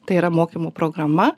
tai yra mokymų programa